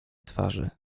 twarzy